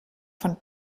von